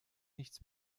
nichts